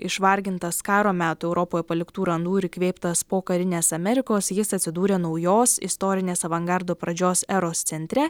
išvargintas karo meto europoje paliktų randų ir įkvėptas pokarinės amerikos jis atsidūrė naujos istorinės avangardo pradžios eros centre